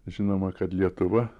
žinoma kad lietuva